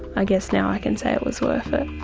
i guess now i can say it was worth it.